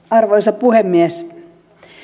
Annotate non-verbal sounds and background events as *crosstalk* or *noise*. *unintelligible* arvoisa puhemies